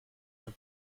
your